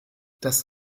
das